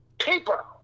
paper